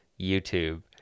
YouTube